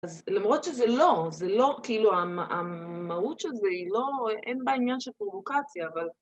אז למרות שזה לא, זה לא, כאילו, המהות של זה היא לא, אין בה עניין של פרובוקציה, אבל...